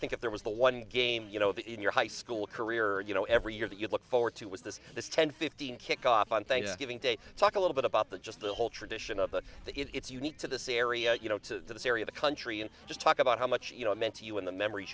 think if there was the one game you know that in your high school career you know every year that you looked forward to was this this ten fifteen kickoff on thanksgiving day talk a little bit about the just the whole tradition of that it's unique to this area you know to syria the country and just talk about how much you know meant to you and the memories